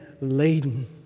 laden